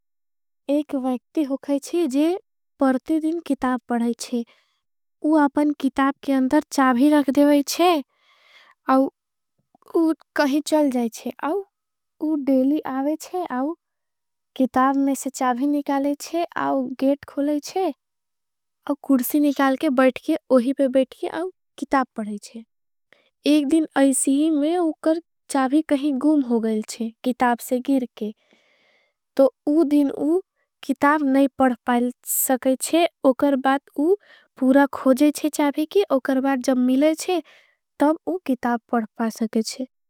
एक व्याख्यान होगा है जे परती दिन किताब पढ़ाईच्छे। वो अपन किताब के अंदर चाभी रख देवाईच्छे वो कहीं। चल जाईच्छे वो डेली आवेच्छे किताब में से चाभी निकालेच्छे। गेट खोलेच्छे कुड़सी निकाल के बैठके वोही पे बैठके। किताब पढ़ाईच्छे एक दिन ऐसी ही में उकर चाभी कहीं गुम। हो गईलच्छे किताब से गिरके तो उ दिन उ किताब नहीं। पढ़पाईच्छे उकर बात उ पूरा खोजेच्छे चाभी की। उकर बात जब मिलेच्छे तो उ किताब पढ़पाईच्छे।